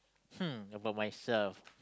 hmm about myself